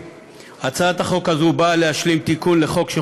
גם החוק הזה בתמיכת הממשלה.